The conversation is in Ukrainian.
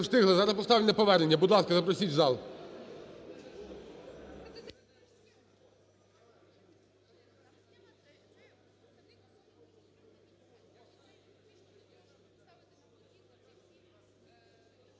Не встигли, зараз поставлю на повернення. Будь ласка, запросіть в зал.